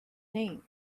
name